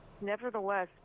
nevertheless